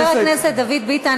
חבר הכנסת דוד ביטן,